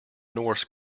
norse